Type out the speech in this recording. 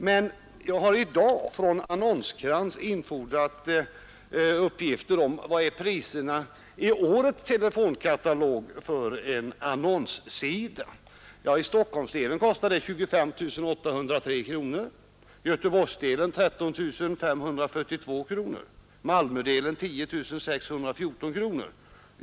Men jag har i dag från Annons-Krantz infordrat uppgifter om priserna för en annonssida i årets telefonkatalog. I Stockholmsdelen kostar den 25 803 kronor, i Göteborgsdelen 13 542 kronor och i Malmödelen 10 614 kronor.